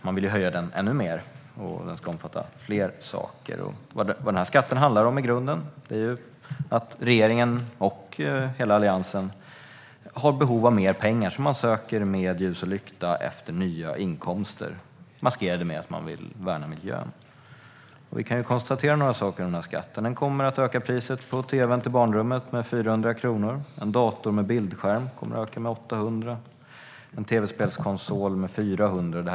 Man vill höja den ännu mer, och den ska omfatta fler saker. Denna skatt handlar i grunden om att regeringen och hela Alliansen har behov av mer pengar. Man söker med ljus och lykta efter nya inkomster, och man maskerar detta med att man vill värna miljön. Vi kan konstatera några saker angående denna skatt. Den kommer att öka priset på tv:n till barnrummet med 400 kronor. Priset för en dator med bildskärm kommer att öka med 800 kronor. Och priset för en tv-spelskonsol kommer att öka med 400 kronor.